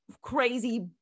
crazy